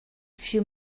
few